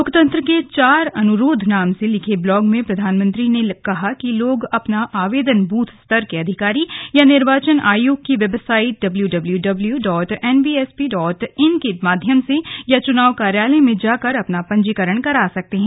लोकतंत्र के चार अनुरोध नाम से लिखे ब्लॉग में प्रधानमंत्री ने कहा कि लोग अपना आवेदन बूथ स्तर के अधिकारी या निर्वाचन आयोग की website W W dot N V S P dot I N के माध्यम से या चुनाव कार्यालय में जाकर अपना पंजीकरण करा सकते हैं